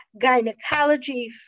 gynecology